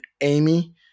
Amy